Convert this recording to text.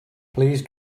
please